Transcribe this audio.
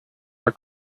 are